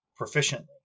proficiently